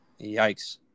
Yikes